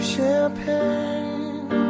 champagne